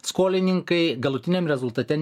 skolininkai galutiniam rezultate